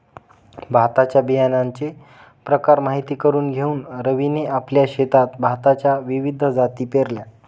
भाताच्या बियाण्याचे प्रकार माहित करून घेऊन रवीने आपल्या शेतात भाताच्या विविध जाती पेरल्या